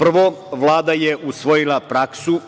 Prvo, Vlada je usvojila praksu